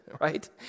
right